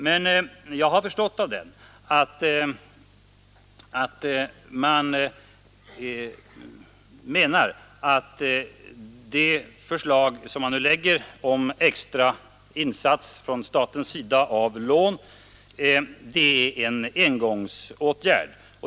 Men av propositionen har jag förstått, att man menar att det förslag som nu läggs fram om extra insatser från statens sida i form av lån är en engångsåtgärd.